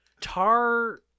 Tar